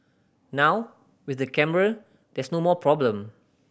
now with the camera there's no more problem